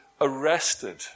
arrested